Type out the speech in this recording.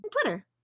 Twitter